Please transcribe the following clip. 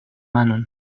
manon